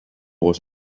was